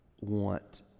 want